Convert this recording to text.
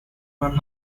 her